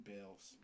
Bills